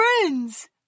friends